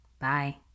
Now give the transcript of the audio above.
Bye